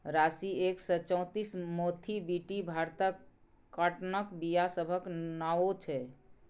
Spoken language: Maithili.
राशी एक सय चौंतीस, मोथीबीटी भारतक काँटनक बीया सभक नाओ छै